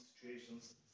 situations